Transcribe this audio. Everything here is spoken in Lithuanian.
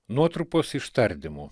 nuotrupos iš tardymų